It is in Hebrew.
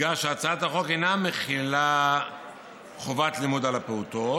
"יודגש שהצעת החוק אינה מחילה חובת לימוד על הפעוטות,